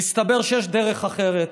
מסתבר שיש דרך אחרת.